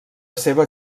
seva